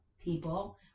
people